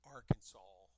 Arkansas